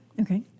okay